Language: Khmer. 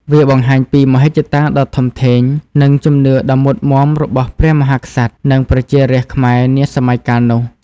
វាបង្ហាញពីមហិច្ឆតាដ៏ធំធេង និងជំនឿដ៏មុតមាំរបស់ព្រះមហាក្សត្រ និងប្រជារាស្ត្រខ្មែរនាសម័យកាលនោះ។